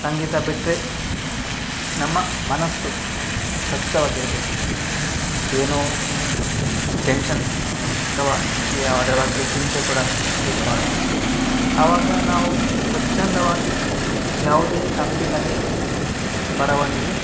ಸಂಗೀತ ಬಿಟ್ಟರೆ ನಮ್ಮ ಮನಸ್ಸು ಸ್ವಚ್ಛವಾಗಿರಬೇಕು ಏನೋ ಟೆನ್ಷನ್ ಅಥವಾ ಯಾವುದ್ರ ಬಗ್ಗೆ ಚಿಂತೆ ಕೂಡ ಇರಬಾರ್ದು ಆವಾಗ ನಾವು ಸ್ವಚ್ಛಂದವಾಗಿ ಯಾವುದೇ ತಪ್ಪಿಲ್ಲದೆ ಬರವಣಿಗೆ